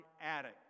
Attic